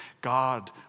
God